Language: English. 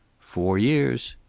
four years.